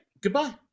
Goodbye